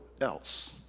else